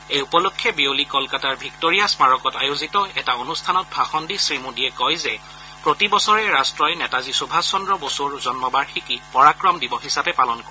এই উপলক্ষে বিয়লি কলকাতাৰ ভিক্টোৰিয়া স্মাৰকত আয়োজিত এটা অনুষ্ঠানত ভাষণ দি শ্ৰীমোদীয়ে কয় যে প্ৰতিবছৰে ৰট্টই নেতাজী সুভাষ চন্দ্ৰ বসুৰ জন্মবাৰ্ষিকী পৰাক্ৰম দিৱস হিচাপে পালন কৰিব